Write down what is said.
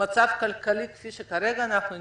ולמצב כלכלי כפי שכרגע אנחנו נמצאים,